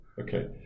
Okay